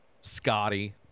Scotty